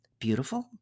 Beautiful